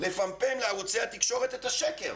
לפמפם לערוצי התקשורת את השקר.